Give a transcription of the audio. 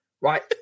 right